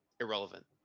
irrelevant